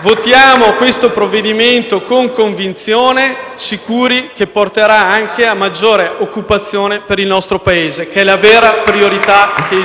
votiamo questo provvedimento con convinzione, sicuri che porterà anche a maggiore occupazione per il nostro Paese, che è la vera priorità per